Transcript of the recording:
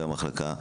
והמחלקה,